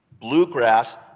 bluegrass